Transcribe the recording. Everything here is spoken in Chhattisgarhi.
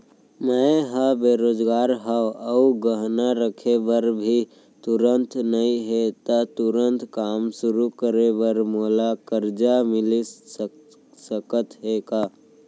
मैं ह बेरोजगार हव अऊ गहना रखे बर भी तुरंत नई हे ता तुरंत काम शुरू करे बर मोला करजा मिलिस सकत हे का?